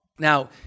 Now